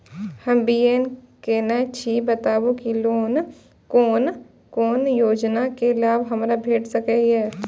हम बी.ए केनै छी बताबु की कोन कोन योजना के लाभ हमरा भेट सकै ये?